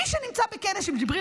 מי שנמצא בכנס עם ג'יבריל